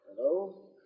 Hello